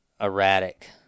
erratic